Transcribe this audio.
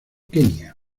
kenia